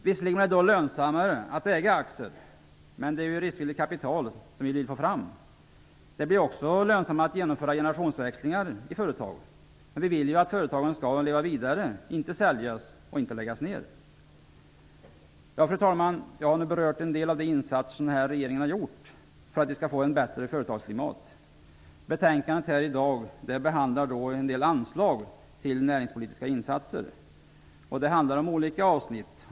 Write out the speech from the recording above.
Visserligen blir det lönsammare att äga aktier, men det är riskvilligt kapital som vi vill få fram. Det blir också lönsammare att genomföra generationsväxlingar i företag. Men vi vill ju att företagen skall leva vidare, inte säljas och inte läggas ner. Jag har nu berört en del av de insatser som den här regeringen har gjort för att vi skall få ett bättre företagsklimat. Det betänkande som vi nu diskuterar behandlar en del anslag till näringspolitiska insatser. Det finns många olika avsnitt.